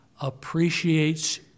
appreciates